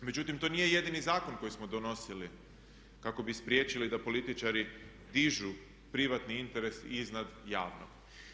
Međutim, to nije jedini zakon koji smo donosili kako bi spriječili da političari dižu privatni interes iznad javnog.